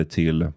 till